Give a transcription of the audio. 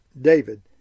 David